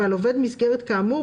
ועל עובד מסגרת כאמור,